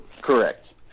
correct